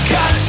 God